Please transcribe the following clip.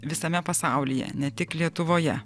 visame pasaulyje ne tik lietuvoje